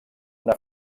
una